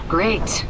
Great